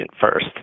first